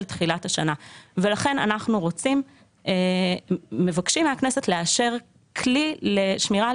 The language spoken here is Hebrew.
תחילת השנה ולכן אנחנו מבקשים מהכנסת לאשר כלי לשמירה על